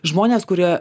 žmonės kurie